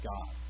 God